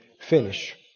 finish